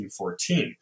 1914